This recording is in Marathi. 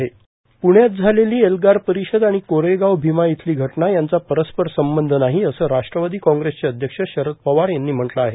प्ण्यात झालेली एल्गार परिषद आणि कोरेगाव भीमा इथली घटना यांचा परस्पर संबंध नाही असं राष्ट्रवादी काँग्रेसचे अध्यक्ष शरद पवार यांनी म्हटलं आहे